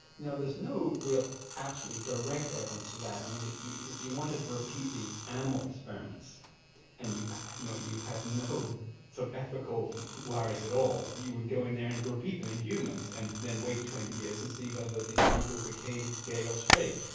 now there's no real absolutely direct evidence of that, and if you if you wanted to repeat the animal experiments and you you know you had no so ethical worries at all, you would go in there and repeat them in humans and then wait twenty years to and see whether these people became gay or straight.